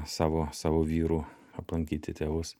savo savo vyrų aplankyti tėvus